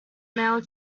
mail